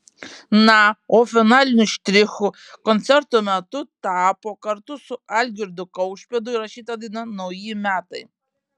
na o finaliniu štrichu koncerto metu tapo kartu su algirdu kaušpėdu įrašyta daina nauji metai